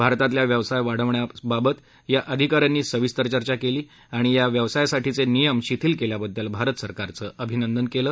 भारतातल्या व्यवसाय वाढवण्याबाबत या अधिकाऱ्यांनी सविस्तर चर्चा केली आणि या व्यवसायासाठीचे नियम शिथील केल्याबद्दल भारत सरकारचं अभिनंदन केलं